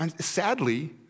Sadly